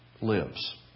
lives